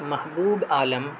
Mehboob Alam